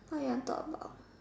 what you want talk about